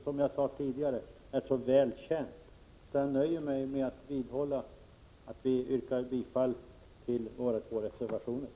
Som jag sade tidigare är det väl känt. Jag nöjer mig således med att vidhålla yrkandet om bifall till de båda reservationerna.